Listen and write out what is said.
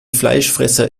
fleischfresser